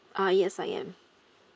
uh yes I am